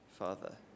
Father